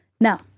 Now